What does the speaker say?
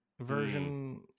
version